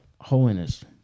holiness